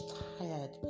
tired